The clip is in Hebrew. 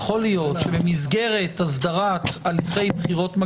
שתי מפלגות שמיוצגות בכנסת הזו שעשו הליכי פריימריז בעוד